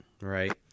Right